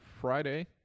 Friday